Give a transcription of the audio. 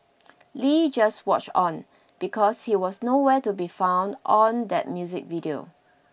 Lee just watch on because he was no where to be found on that music video